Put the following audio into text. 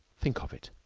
think of it!